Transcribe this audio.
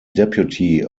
deputy